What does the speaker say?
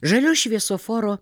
žalios šviesoforo